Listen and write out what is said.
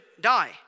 die